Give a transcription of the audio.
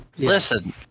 Listen